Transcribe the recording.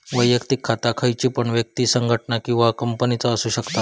वैयक्तिक खाता खयची पण व्यक्ति, संगठना किंवा कंपनीचा असु शकता